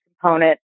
component